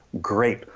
great